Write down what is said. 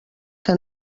que